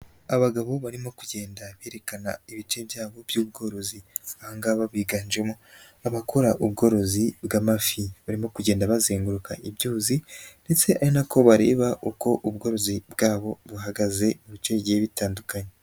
Abagabo barimo kugenda berekana ibice byabo by'ubworozi, aba ngaba biganjemo abakora ubworozi bw'amafi barimo kugenda bazenguruka ibyuzi ndetse ari na ko bareba uko ubworozi bwabo buhagaze ibice bigiye bitandukanye.